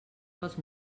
pels